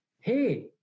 hey